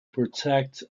protect